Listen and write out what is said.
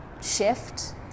shift